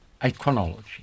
iconology